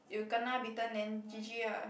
you kena bitten then G_G ah